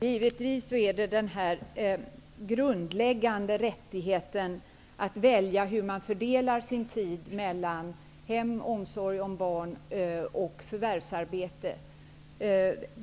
Herr talman! Den grundläggande rättigheten är givetvis att få välja hur man fördelar sin tid mellan hem, omsorg om barn och förvärvsarbete.